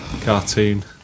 Cartoon